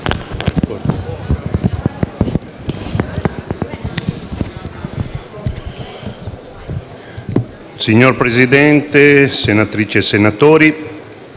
Signor Presidente, senatrici e senatori,